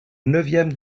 neuvième